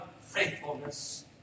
faithfulness